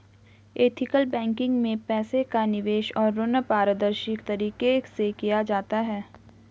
ethical banking में पैसे का निवेश और ऋण पारदर्शी तरीके से किया जाता है